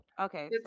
Okay